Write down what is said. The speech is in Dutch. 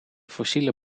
fossiele